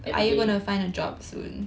everyday